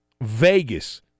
Vegas